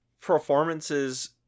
performances